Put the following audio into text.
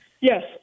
Yes